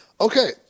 Okay